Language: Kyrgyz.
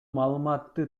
маалыматты